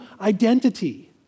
identity